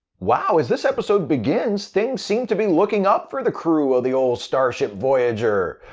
wow, as this episode begins things seem to be looking up for the crew of the ol' starship voyager!